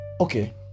okay